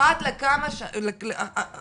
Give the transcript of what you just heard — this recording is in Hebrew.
אחת לכמה חודשים